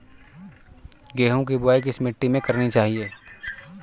गेहूँ की बुवाई किस मिट्टी में करनी चाहिए?